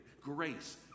Grace